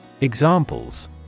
Examples